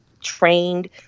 trained